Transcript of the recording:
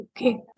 Okay